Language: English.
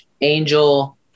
Angel